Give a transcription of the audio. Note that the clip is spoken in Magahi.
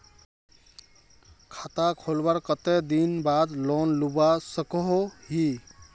खाता खोलवार कते दिन बाद लोन लुबा सकोहो ही?